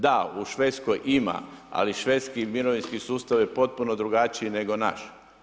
Da, u Švedskoj ima, ali švedski mirovinski sustav je potpuno drugačiji nego naš.